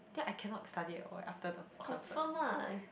then I cannot study at all eh after the concert